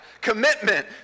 Commitment